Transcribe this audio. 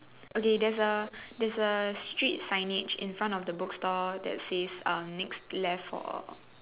okay there's a there's a street signage in front of the book store that says um next left for